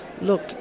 look